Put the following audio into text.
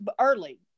early